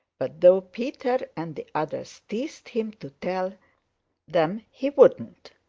but though peter and the others teased him to tell them he wouldn't.